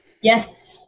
yes